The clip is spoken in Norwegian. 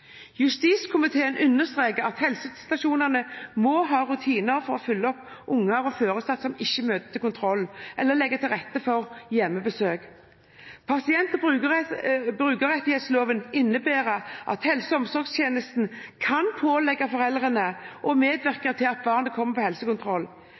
Justiskomiteen understreker at helsestasjonene må ha rutiner for å følge opp unger og foresatte som ikke møter til kontroll eller legger til rette for hjemmebesøk. Pasient- og brukerrettighetsloven innebærer at helse og omsorgstjenesten kan pålegge foreldrene å medvirke til at barnet kommer på helsekontroll. Helse- og